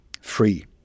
free